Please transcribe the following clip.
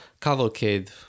cavalcade